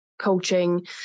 coaching